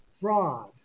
fraud